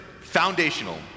foundational